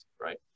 right